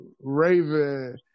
Raven